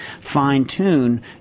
fine-tune